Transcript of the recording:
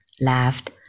laughed